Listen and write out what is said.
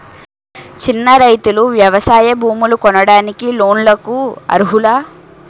చిన్న రైతులు వ్యవసాయ భూములు కొనడానికి లోన్ లకు అర్హులా?